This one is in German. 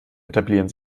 etablieren